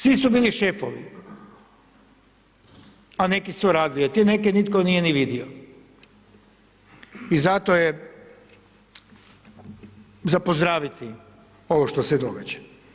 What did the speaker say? Svi su bili šefovi, a neki su radili, te neke nitko nije ni vidio i zato je za pozdraviti ovo što se događa.